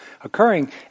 occurring